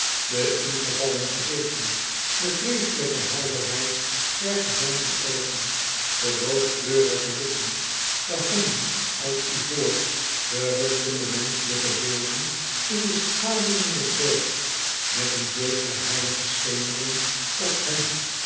de ingevallen gezichten de vreeselijke helderheid der gezonken oogen de loodkleurige lippen de handen als ivoor de rustende menschelijke beelden in de schaduwen des doods met een zekere heilige schemering op hen